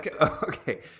okay